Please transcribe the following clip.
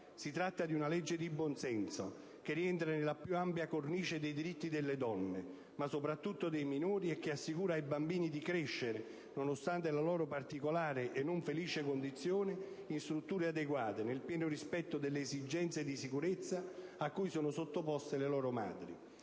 Si tratta di una legge di buonsenso che rientra nella più ampia cornice dei diritti delle donne, ma soprattutto dei minori e che assicura ai bambini di crescere, nonostante la loro particolare e non felice condizione, in strutture adeguate, nel pieno rispetto delle esigenze di sicurezza a cui sono sottoposte le loro madri.